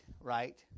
right